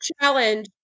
challenge